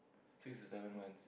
three to seven months